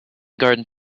garden